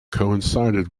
coincided